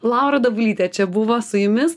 laura dabulytė čia buvo su jumis